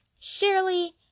Shirley